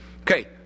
Okay